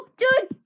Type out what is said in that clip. dude